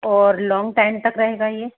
और long time तक रहेगा ये